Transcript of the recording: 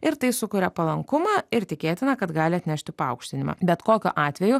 ir tai sukuria palankumą ir tikėtina kad gali atnešti paaukštinimą bet kokiu atveju